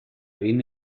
vino